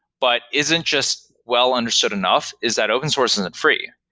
but isn't just well understood enough, is that open source isn't free.